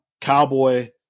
Cowboy